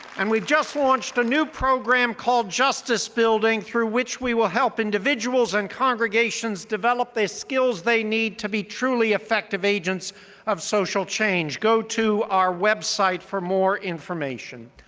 and we've just launched a new program called justice building through which we will help individuals and congregations develop the skills they need to be truly effective agents of social change. go to our website for more information.